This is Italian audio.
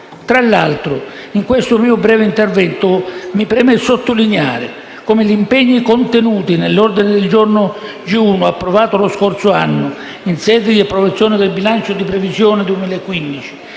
Tra l'altro, in questo mio breve intervento, mi preme sottolineare come per gli impegni contenuti nell'ordine del giorno G1, approvato lo scorso anno in sede di approvazione del bilancio di previsione 2015